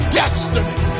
destiny